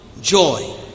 joy